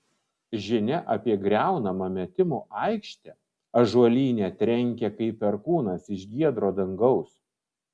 žinia apie griaunamą metimų aikštę ąžuolyne trenkė kaip perkūnas iš giedro dangaus